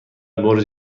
برج